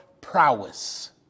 prowess